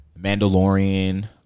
Mandalorian